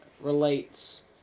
relates